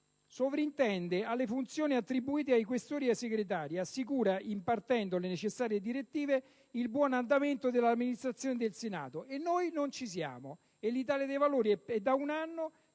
«sovrintende alle funzioni attribuite ai Questori ed ai Segretari. Assicura, impartendo le necessarie direttive, il buon andamento dell'Amministrazione del Senato». E l'Italia dei Valori è da un anno